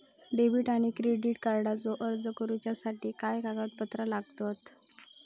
Debit आणि credit कार्डचो अर्ज करुच्यासाठी काय कागदपत्र लागतत?